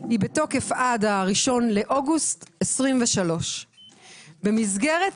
היא בתוקף עד ה-1 באוגוסט 23'. במסגרת